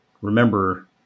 remember